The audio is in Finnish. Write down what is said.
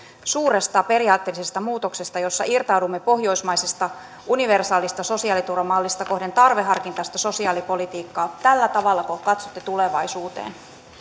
suuresta periaatteellisesta muutoksesta jossa irtaudumme pohjoismaisesta universaalista sosiaaliturvamallista kohden tarveharkintaista sosiaalipolitiikkaa tälläkö tavalla katsotte tulevaisuuteen